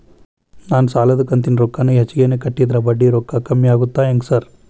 ನಾನ್ ಸಾಲದ ಕಂತಿನ ರೊಕ್ಕಾನ ಹೆಚ್ಚಿಗೆನೇ ಕಟ್ಟಿದ್ರ ಬಡ್ಡಿ ರೊಕ್ಕಾ ಕಮ್ಮಿ ಆಗ್ತದಾ ಹೆಂಗ್ ಸಾರ್?